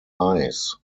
eyes